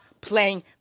playing